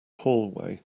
hallway